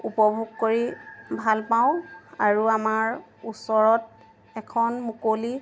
উপভোগ কৰি ভাল পাওঁ আৰু আমাৰ ওচৰত এখন মুকলি